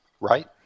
right